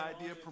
Idea